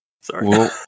Sorry